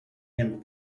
him